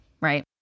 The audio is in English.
Right